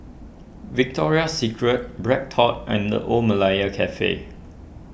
Victoria Secret BreadTalk and the Old Malaya Cafe